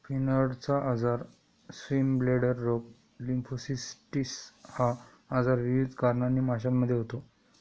फिनार्टचा आजार, स्विमब्लेडर रोग, लिम्फोसिस्टिस हा आजार विविध कारणांनी माशांमध्ये होतो